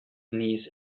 knees